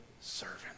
servant